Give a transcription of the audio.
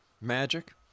magic